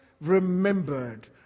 remembered